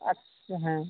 আচ্ছা হ্যাঁ